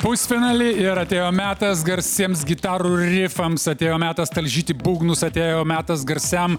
pusfinalį ir atėjo metas garsiems gitarų rifams atėjo metas talžyti būgnus atėjo metas garsiam